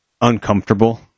uncomfortable